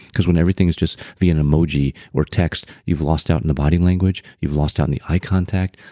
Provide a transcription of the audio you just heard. because when everything is just via an emoji or text, you've lost out in the body language, you've lost out in the eye contact,